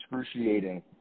excruciating